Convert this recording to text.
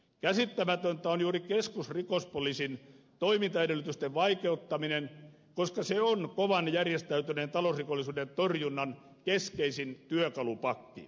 käsittämätöntä on juuri keskusrikospoliisin toimintaedellytysten vaikeuttaminen koska se on kovan järjestäytyneen talousrikollisuuden torjunnan keskeisin työkalupakki